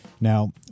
Now